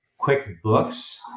QuickBooks